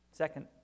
Second